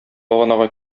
баганага